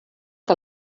que